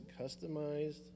customized